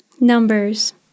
numbers